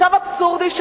מצב אבסורדי,